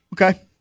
Okay